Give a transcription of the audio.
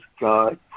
God